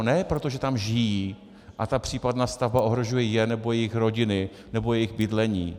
Ne proto, že tam žijí a ta případná stavba ohrožuje je nebo jejich rodiny nebo jejich bydlení.